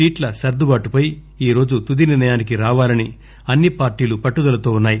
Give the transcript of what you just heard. సీట్ల సర్దుబాటు పై ఈ రోజు తుది నిర్ణయానికి రావాలని అన్ని పార్టీలు పట్టుదలతో ఉన్నాయి